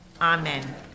Amen